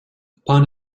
upon